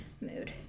Mood